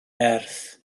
nerth